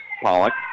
Pollock